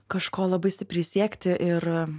kažko labai stipri siekti ir